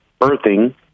birthing